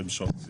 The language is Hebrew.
שהן שעות שיא.